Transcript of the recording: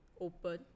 open